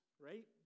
right